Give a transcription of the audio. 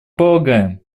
полагаем